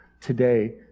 today